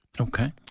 Okay